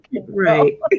Right